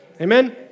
Amen